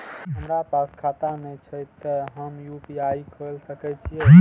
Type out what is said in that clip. हमरा पास खाता ने छे ते हम यू.पी.आई खोल सके छिए?